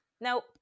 Now